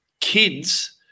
kids